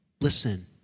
Listen